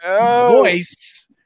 voice